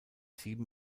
sieben